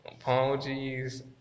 Apologies